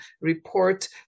report